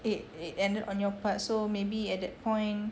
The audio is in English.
it it ended on your part so maybe at that point